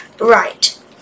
Right